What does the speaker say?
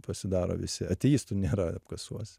pasidaro visi ateistų nėra apkasuose